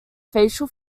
facial